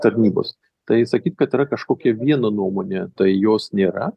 tarnybos tai sakyt kad yra kažkokia viena nuomonė tai jos nėra